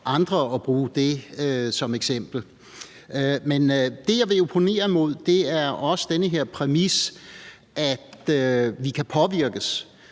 andre og bruge det som eksempel. Men det, jeg vil opponere mod, er også den her præmis om, at vi kan påvirkes